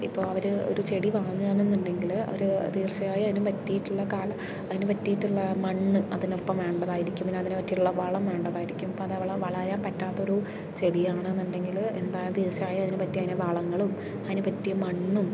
ഇപ്പോൾ അവർ ഒരു ചെടി വാങ്ങുകയാണ് എന്നുണ്ടെങ്കിൽ അവർ തീർച്ചയായും അതിന് പറ്റിയിട്ടുള്ള അതിന് പറ്റിയിട്ടുള്ള മണ്ണ് അതിനൊപ്പം വേണ്ടതായിരിക്കും പിന്നെ അതിന് പറ്റിയിട്ടുള്ള വളം വേണ്ടതായിരിക്കും അപ്പോൾ അത് അവിടെ വളരാൻ പറ്റാത്തൊരു ചെടിയാണ് എന്നുണ്ടെങ്കിൽ എന്താ തീർച്ചയായും അതിന് പറ്റിയ അതിന് വളങ്ങളും അതിനുപറ്റിയ മണ്ണും